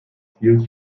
ziels